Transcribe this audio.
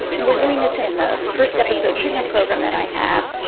we were doing this in the first episode treatment program that i have,